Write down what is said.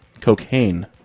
cocaine